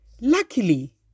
Luckily